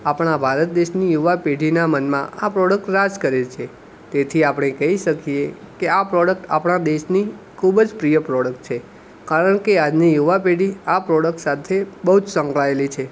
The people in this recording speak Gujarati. આપણા ભારત દેશની યુવા પેઢીના મનમાં આ પ્રોડક્ટ રાજ કરે છે તેથી આપણે કહી શકીએ કે આ પ્રોડક્ટ આપણા દેશની ખૂબ જ પ્રિય પ્રોડક્ટ છે કારણ કે આજની યુવા પેઢી આ પ્રોડક્ટ સાથે બહુ જ સંકળાયેલી છે